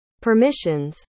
permissions